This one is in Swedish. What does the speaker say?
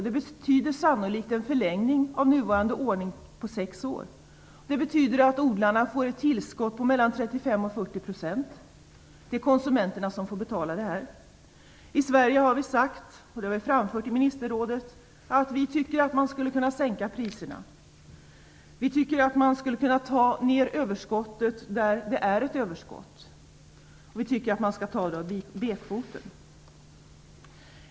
Det betyder sannolikt en förlängning av nuvarande ordning på sex år. Det betyder att odlarna får ett tillskott på mellan 35 och 40 %. Det är konsumenterna som får betala det här. I Sverige har vi sagt, och det har vi framfört i ministerrådet, att vi tycker att man skulle kunna sänka priserna. Vi tycker att man skulle kunna ta ner överskottet där det är ett överskott, och vi tycker att man skall ta det av betkvoten.